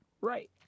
Right